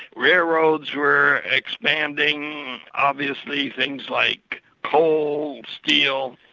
railroads were expanding. obviously things like coal, steel.